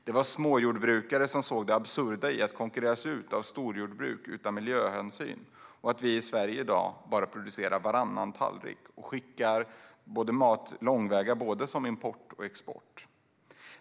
Det var småjordbrukare som såg det absurda i att konkurreras ut av storjordbruk utan miljöhänsyn och att vi i Sverige i dag producerar bara varannan tallrik och skickar mat långväga både som import och export.